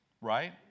right